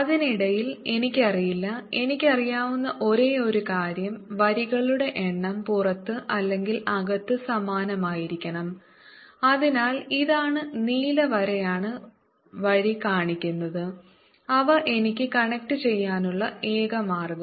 അതിനിടയിൽ എനിക്കറിയില്ല എനിക്കറിയാവുന്ന ഒരേയൊരു കാര്യം വരികളുടെ എണ്ണം പുറത്ത് അല്ലെങ്കിൽ അകത്ത് സമാനമായിരിക്കണം അതിനാൽ ഇതാണ് നീല വരയാണ് വഴി കാണിക്കുന്നത് അവ എനിക്ക് കണക്റ്റുചെയ്യാനുള്ള ഏക മാർഗ്ഗം